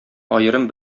аерым